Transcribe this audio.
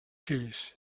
fills